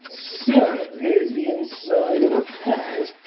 so. here's the inside of a pad.